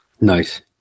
Nice